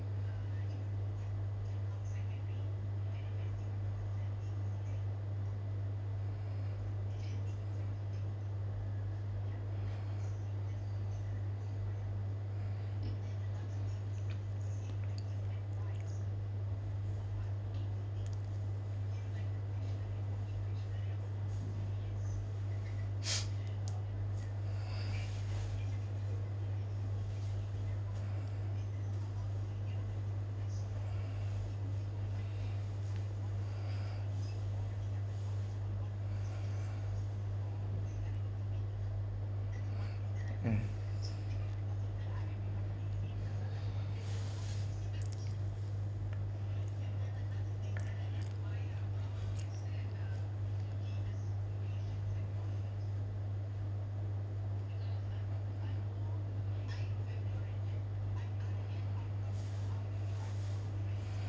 mm